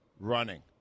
Running